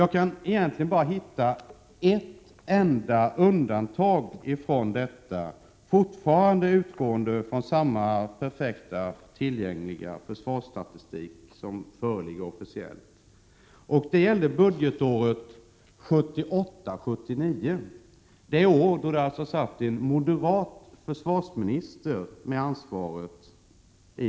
Jag kan egentligen bara hitta ett enda undantag från den regeln, fortfarande utgående från samma perfekta försvarsstatistik som föreligger officiellt. Det gäller budgetåret 1978/79, det år då en moderat försvarsminister hade ansvaret.